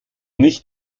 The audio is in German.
nicht